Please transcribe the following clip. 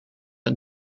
van